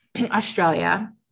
Australia